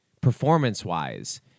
performance-wise